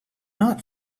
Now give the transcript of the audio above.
not